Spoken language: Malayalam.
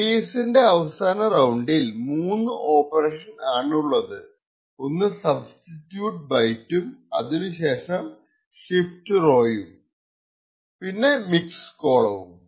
AES ന്റെ അവസാന റൌണ്ടിൽ മൂന്നു ഓപ്പറേഷൻ ആണുള്ളത് ഒന്ന് സബ്സ്റ്റിറ്റ്യൂട്ട് ബൈറ്റും അതിനു ശേഷം ഷിഫ്റ്റ് റോയും മിക്സ് കോളവും